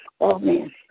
Amen